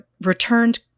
returned